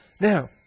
now